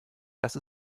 dass